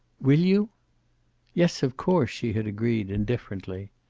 will you yes, of course, she had agreed, indifferently.